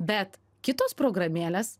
bet kitos programėlės